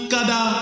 Kada